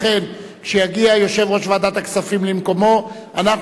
לכן כשיגיע יושב-ראש ועדת הכספים למקומו אנחנו